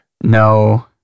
No